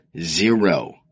zero